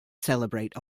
celebrate